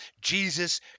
Jesus